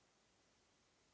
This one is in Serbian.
Hvala.